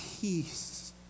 peace